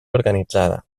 organitzada